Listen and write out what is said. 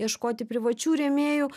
ieškoti privačių rėmėjų